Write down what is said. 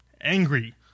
angry